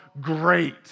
great